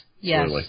yes